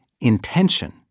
intention